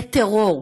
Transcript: זה טרור.